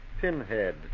pinhead